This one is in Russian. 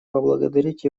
поблагодарить